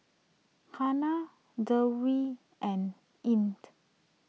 Hana Dewi and Ain